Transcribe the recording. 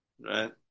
Right